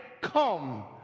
come